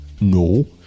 No